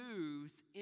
moves